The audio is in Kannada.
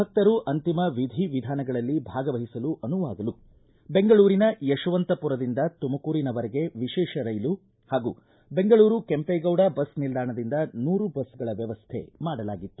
ಭಕ್ತರು ಅಂತಿಮ ವಿಧಿ ವಿಧಾನಗಳಲ್ಲಿ ಭಾಗವಹಿಸಲು ಅನುವಾಗಲು ಬೆಂಗಳೂರಿನ ಯಶವಂತಪುರದಿಂದ ತುಮಕೂರಿನ ವರೆಗೆ ವಿಶೇಷ ರೈಲು ಹಾಗೂ ಬೆಂಗಳೂರು ಕೆಂಪೇಗೌಡ ಬಸ್ ನಿಲ್ದಾಣದಿಂದ ನೂರು ಬಸ್ಗಳ ವ್ಯವಸ್ಥೆ ಮಾಡಲಾಗಿತ್ತು